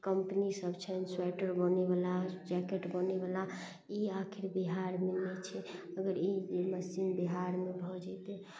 company सब छैन sweater बनयवला जैकेट बनयवला ई आखिर बिहारमे नहि छै अगर ई मशीन बिहारमे भऽ जेतय